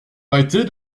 arrêter